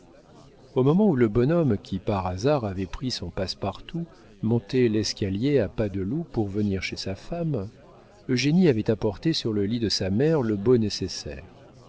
au moment où le bonhomme qui par hasard avait pris son passe-partout montait l'escalier à pas de loup pour venir chez sa femme eugénie avait apporté sur le lit de sa mère le beau nécessaire